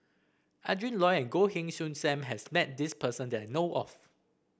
Adrin Loi and Goh Heng Soon Sam has met this person that I know of